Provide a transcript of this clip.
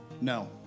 No